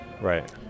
right